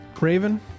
Raven